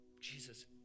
Jesus